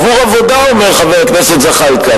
עבור עבודה, אומר חבר הכנסת זחאלקה.